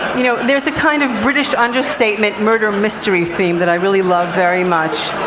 you know there's a kind of british understatement, murder-mystery theme that i really love very much.